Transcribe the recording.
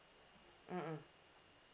mm mm